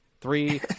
three